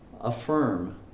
affirm